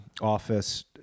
office